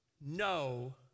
no